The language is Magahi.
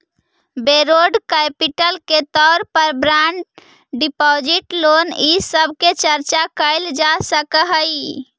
बौरोड कैपिटल के तौर पर बॉन्ड डिपाजिट लोन इ सब के चर्चा कैल जा सकऽ हई